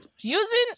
Using